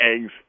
eggs